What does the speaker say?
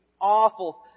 awful